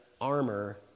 armor